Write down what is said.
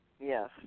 Yes